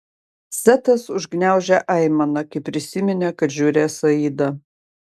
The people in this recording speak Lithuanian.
setas užgniaužė aimaną kai prisiminė kad žiūrės aidą